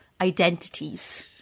identities